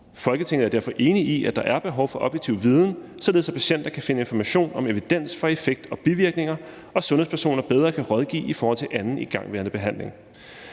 Folketinget er derfor enig i, at der er behov for objektiv viden, således at patienter kan finde information om evidens for effekt og bivirkninger og sundhedspersoner bedre kan rådgive i forhold til anden igangværende behandling.